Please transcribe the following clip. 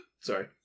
Sorry